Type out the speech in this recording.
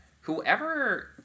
whoever